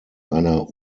einer